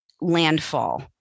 landfall